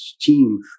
team